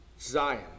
Zion